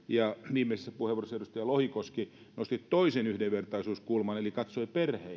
viimeisessä puheenvuorossa edustaja lohikoski nosti toisen yhdenvertaisuuskulman eli katsoi